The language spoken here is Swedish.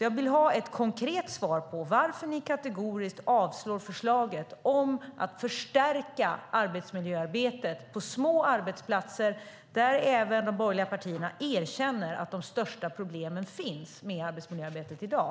Jag vill ha ett konkret svar på varför ni kategoriskt avslår förslaget om att förstärka arbetsmiljöarbetet på små arbetsplatser, där även de borgerliga partierna erkänner att de största problemen finns med arbetsmiljöarbetet i dag.